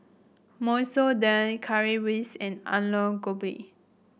Masoor Dal Currywurst and Alu Gobi